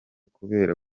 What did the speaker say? kubera